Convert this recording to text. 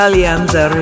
Alianza